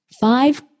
five